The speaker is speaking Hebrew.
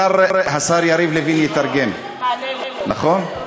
השר יריב לוין התארגן, נכון?